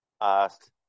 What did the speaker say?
asked